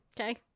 Okay